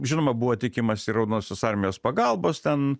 žinoma buvo tikimasi raudonosios armijos pagalbos ten